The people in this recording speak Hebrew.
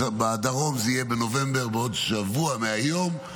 בדרום זה יהיה בנובמבר, בעוד שבוע מהיום.